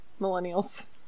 millennials